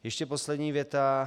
Ještě poslední věta.